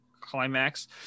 climax